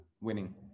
winning